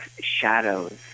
shadows